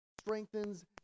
strengthens